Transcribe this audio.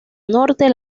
norte